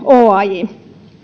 oaj